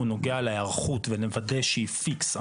הוא נוגע להיערכות מחשובית ונוודא שהיא פיקס.